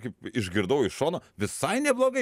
kaip išgirdau iš šono visai neblogai